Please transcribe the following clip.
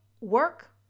work